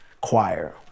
choir